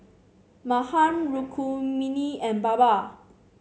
Mahan Rukmini and Baba